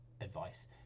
advice